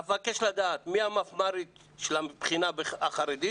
אבקש לדעת מי המפמ"רית של הבחינה החרדית